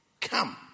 come